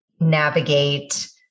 navigate